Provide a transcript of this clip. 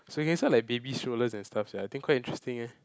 so you guys sell like baby strollers and stuff sia I think quite interesting eh